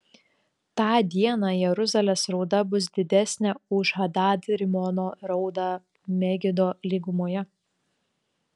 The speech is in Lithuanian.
tą dieną jeruzalės rauda bus didesnė už hadad rimono raudą megido lygumoje